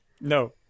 No